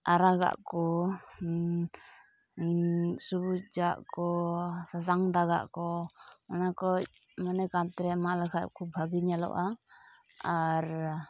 ᱟᱨᱟᱜᱟᱜ ᱠᱚ ᱥᱩᱵᱩᱡᱟᱜ ᱠᱚ ᱥᱟᱥᱟᱝ ᱫᱟᱜᱟᱜ ᱠᱚ ᱚᱱᱟᱠᱚ ᱢᱟᱱᱮ ᱠᱟᱸᱛᱨᱮ ᱮᱢᱟ ᱞᱮᱠᱷᱟᱱ ᱠᱷᱩᱵᱽ ᱵᱷᱟᱜᱮ ᱧᱮᱞᱚᱜᱼᱟ ᱟᱨ